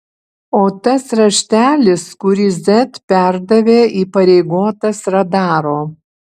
o tas raštelis kurį z perdavė įpareigotas radaro